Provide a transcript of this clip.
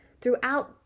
throughout